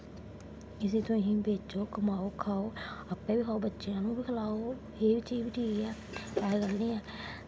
इस्सी तुस बेचो कमाओ खाहो आपै बी खाओ बच्चें गी बी खलाओ एह् चीज बी ठीक ऐ ऐसी गल्ल निं ऐ